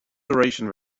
duration